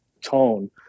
tone